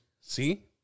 See